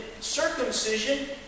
circumcision